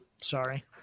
Sorry